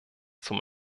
zum